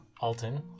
Alton